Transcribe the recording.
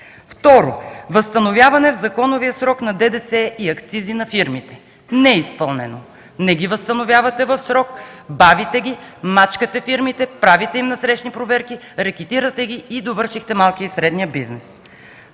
„Възстановяване в законовия срок на ДДС и акцизи на фирмите”. Не е изпълнено. Не ги възстановявате в срок, бавите ги, мачкате фирмите, правите им насрещни проверки, рекетирате ги и довършихте малкия и средния бизнес.